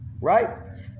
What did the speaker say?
right